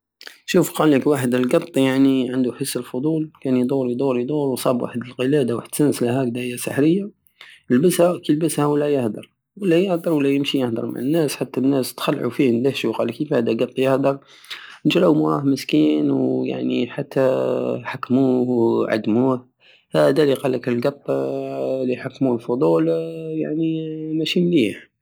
شوف قالك واحد القط يعني عندو حس الفضول كان يدور يدور يدور وصاب واحد القلادة واحد السنسلة هكدا سحرية لبسها كي لبسها ولا يهدر ولا يمشي ويهدر مع الناس حتى الناس تخلعو فيه ندهشو قالك كيفاه هدا قط يهدر جراو موراه مسكين ويعني حتى حكموه وعدموه هدا الي قالك القط الي حكمو الفضول يعني ماشي مليح